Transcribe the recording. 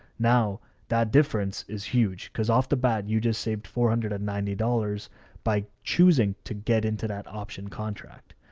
now that difference is huge because off the bat, you just saved four hundred and ninety dollars by choosing to get into that option contract.